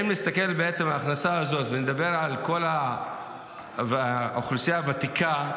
אם נסתכל בעצם על ההכנסה הזאת ונדבר על כל האוכלוסייה הוותיקה,